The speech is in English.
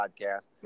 podcast